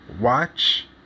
watch